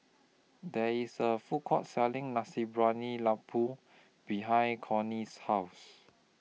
There IS A Food Court Selling Nasi Briyani Lembu behind Cortney's House